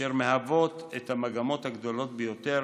שהן המגמות הגדולות ביותר